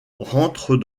rentre